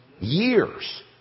years